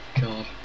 God